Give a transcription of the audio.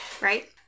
Right